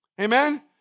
Amen